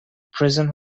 prison